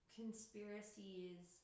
conspiracies